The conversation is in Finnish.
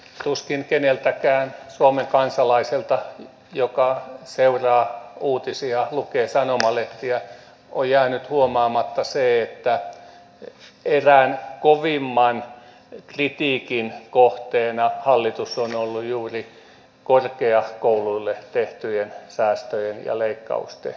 tuskin keneltäkään suomen kansalaiselta joka seuraa uutisia lukee sanomalehtiä on jäänyt huomaamatta että erään kovimman kritiikin kohteena hallitus on ollut juuri korkeakouluille tehtyjen säästöjen ja leikkausten johdosta